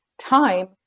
time